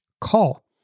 call